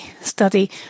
study